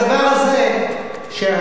הדבר הזה שהימין,